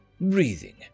breathing